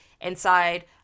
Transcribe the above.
inside